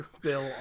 Bill